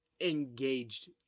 engaged